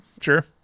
Sure